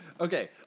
Okay